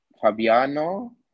Fabiano